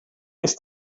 ist